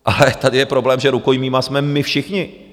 Ale tady je problém, že rukojmími jsme my všichni.